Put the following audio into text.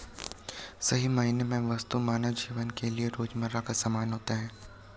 सही मायने में वस्तु मानव जीवन के लिये रोजमर्रा का सामान होता है